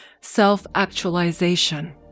self-actualization